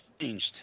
changed